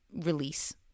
release